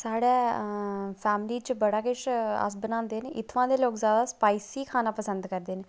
साढ़ै सांती च अस बड़ा किश बनांदे न इत्थुआं दे लोग जादै स्पाइसी खाना पसंद करदे न